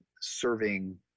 serving